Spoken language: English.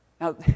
Now